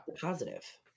positive